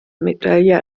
medaille